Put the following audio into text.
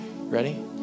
Ready